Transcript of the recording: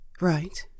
Right